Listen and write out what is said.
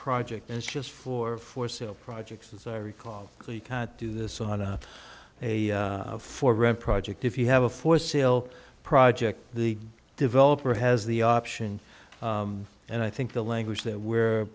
project it's just for for sale projects as i recall you can't do this on a a for rent project if you have a for sale project the developer has the option and i think the language that we're